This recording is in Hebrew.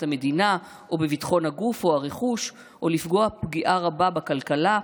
המדינה או בביטחון הגוף או הרכוש או לפגוע פגיעה רבה בכלכלה,